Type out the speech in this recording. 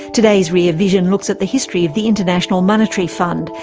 today's rear vision looks at the history of the international monetary fund,